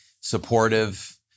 supportive